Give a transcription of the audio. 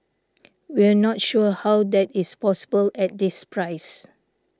we're not sure how that is possible at this price